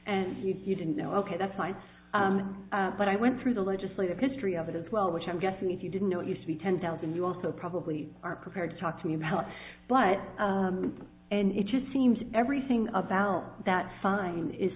and you didn't know ok that's fine but i went through the legislative history of it as well which i'm guessing if you didn't know it used to be ten thousand you also probably are prepared to talk to me about it but and it just seems everything about that fine is